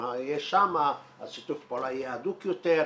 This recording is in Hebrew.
הוא יהיה שם אז שיתוף הפעולה יהיה הדוק יותר.